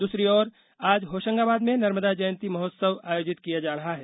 दूसरी ओर आज होशंगाबाद में नर्मदा जयंती महोत्सव आयोजित किया जा रहा है